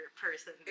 person